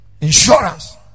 insurance